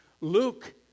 Luke